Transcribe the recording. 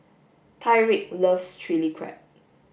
Tyriq loves chili crab